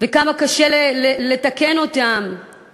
כי תרגילים פוליטיים יש למכביר,